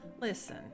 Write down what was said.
listen